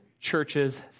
churches